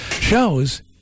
shows